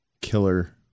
killer